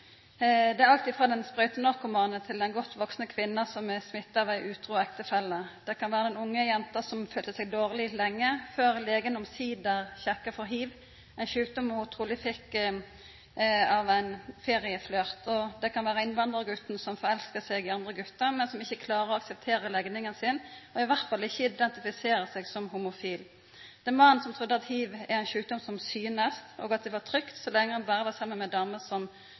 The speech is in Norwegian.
Det er alt frå den sprøytenarkomane til den godt vaksne kvinna som er smitta av ein utru ektefelle. Det kan vera den unge jenta som følte seg dårleg lenge, før legen omsider sjekka ho for hiv – ein sjukdom ho truleg fekk etter ein ferieflørt. Det kan vera innvandrarguten som forelskar seg i andre gutar, men som ikkje klarar å akseptera legninga si, og som i alle fall ikkje identifiserer seg som homofil. Det er mannen som trudde at hiv er ein sjukdom som synest, og at det var trygt så lenge han berre var saman med damer som